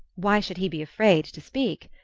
why should he be afraid to speak?